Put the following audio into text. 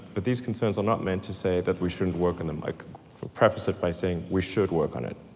but these concerns are not meant to say that we shouldn't work on them. i like preface it by saying we should work on it.